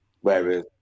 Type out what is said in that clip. Whereas